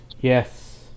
yes